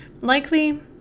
Likely